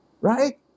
right